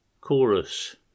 Chorus